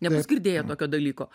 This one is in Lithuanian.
nebūs girdėję tokio dalyko